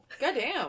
goddamn